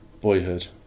boyhood